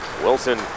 Wilson